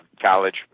college